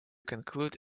conclude